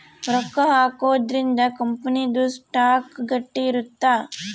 ರೊಕ್ಕ ಹಾಕೊದ್ರೀಂದ ಕಂಪನಿ ದು ಸ್ಟಾಕ್ ಗಟ್ಟಿ ಇರುತ್ತ